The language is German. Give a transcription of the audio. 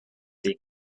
sie